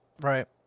Right